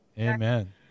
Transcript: Amen